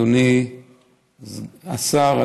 אדוני השר,